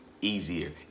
easier